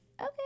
Okay